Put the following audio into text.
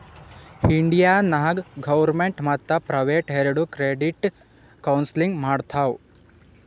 India ನಾಗ್ government ಮತ್ತ private ಎರೆಡು ಕ್ರೆಡಿಟ್ ಕೌನ್ಸಲಿಂಗ್ ಮಾಡ್ತಾವ್